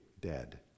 dead